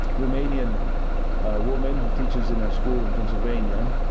romanian woman who teaches in a school in pennsylvania